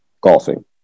golfing